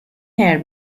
her